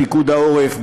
פיקוד העורף,